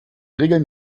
regeln